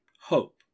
hope